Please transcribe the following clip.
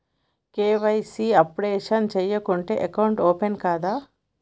KYC updation చేయకుంటే account open కాదా?